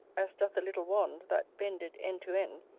as doth a little wand that bended end to end,